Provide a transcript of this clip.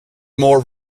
more